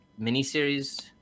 miniseries